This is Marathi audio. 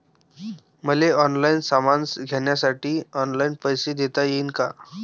मले ऑनलाईन सामान घ्यासाठी ऑनलाईन पैसे देता येईन का?